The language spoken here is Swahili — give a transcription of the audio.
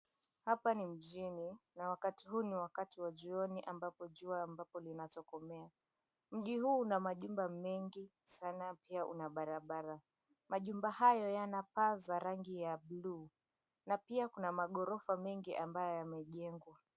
Hapa ni mjini na wakati huu ni wakati wa jioni ambapo jua ambapo linatokomea. Mji huu una majumba mengi sana pia una barabara. Majumba hayo yana paa za rangi ya buluu na pia kuna maghorofa mengi ambayo yamejengwa.